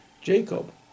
Jacob